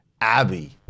abby